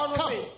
come